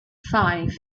five